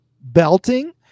belting